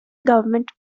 government